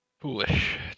foolish